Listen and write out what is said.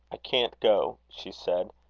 i can't go, she said.